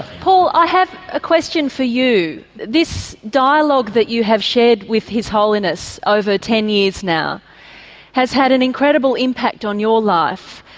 paul i have a question for you, this dialogue that you have shared with his holiness over ten years now has had an incredible impact on your life,